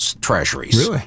Treasuries